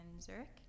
Zurich